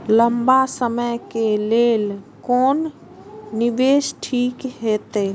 लंबा समय के लेल कोन निवेश ठीक होते?